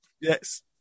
Yes